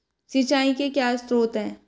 सिंचाई के क्या स्रोत हैं?